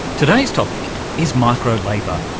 today's topic is micro-labour.